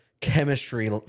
Chemistry